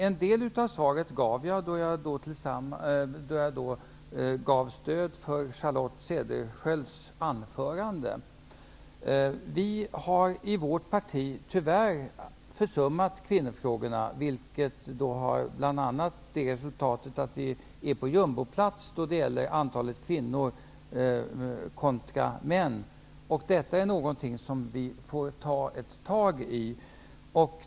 En del av svaret gav jag då jag instämde i Charlotte Vi har i vårt parti tyvärr försummat kvinnofrågorna, vilket bl.a. har fått till resultat att vi befinner oss på jumboplats när det gäller antalet kvinnor i förhållande till antalet män. Detta är någonting som vi får ta tag i.